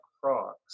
Frogs